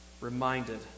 reminded